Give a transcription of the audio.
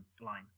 line